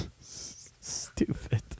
stupid